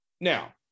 Now